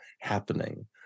happening